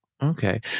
Okay